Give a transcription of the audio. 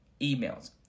emails